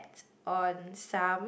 on some